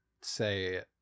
say